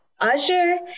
Usher